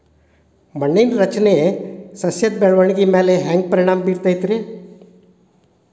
ಮಣ್ಣಿನ ರಚನೆ ಸಸ್ಯದ ಬೆಳವಣಿಗೆ ಮ್ಯಾಲೆ ಹ್ಯಾಂಗ್ ಪರಿಣಾಮ ಬೇರತೈತ್ರಿ?